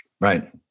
Right